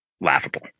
laughable